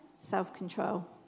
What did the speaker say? self-control